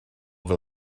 fel